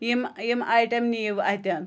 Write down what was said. یِم یِم آیٹَم نِیو اَتٮ۪ن